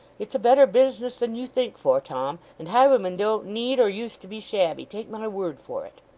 it's a better business than you think for, tom, and highwaymen don't need or use to be shabby, take my word for it